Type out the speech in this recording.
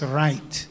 right